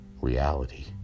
reality